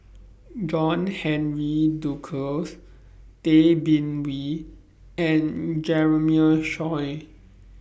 John Henry Duclos Tay Bin Wee and Jeremiah Choy